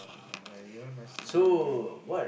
uh like they all must see lah